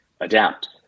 adapt